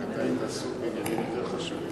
רק אתה היית עסוק בעניינים יותר חשובים.